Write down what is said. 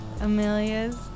Amelia's